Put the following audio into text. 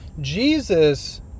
Jesus